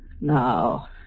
Now